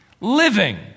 living